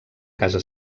casa